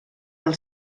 del